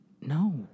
No